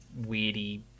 weirdy